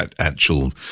actual